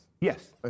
Yes